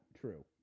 true